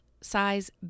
Size